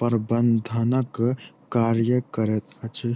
प्रबंधनक कार्य करैत अछि